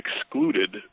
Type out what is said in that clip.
excluded